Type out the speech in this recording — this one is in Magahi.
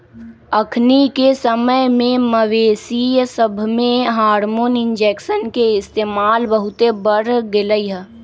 अखनिके समय में मवेशिय सभमें हार्मोन इंजेक्शन के इस्तेमाल बहुते बढ़ गेलइ ह